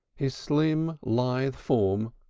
his slim, lithe form,